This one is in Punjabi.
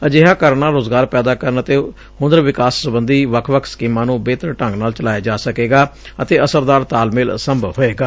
ਅਜਿਹਾ ਕਰਨ ਨਾਲ ਰੁਜ਼ਗਾਰ ਪੈਦਾ ਕਰਨ ਅਤੇ ਹੁਨਰ ਵਿਕਾਸ ਸਬੰਧੀ ਵੱਖ ਵੱਖ ਸਕੀਮਾਂ ਨੂੰ ਬੇਹਤਰ ਢੰਗ ਨਾਲ ਚਲਾਇਆ ਜਾ ਸਕੇਗਾ ਅਤੇ ਅਸਰਦਾਰ ਤਾਲਮੇਲ ਸੰਭਵ ਹੋਏਗਾ